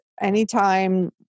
anytime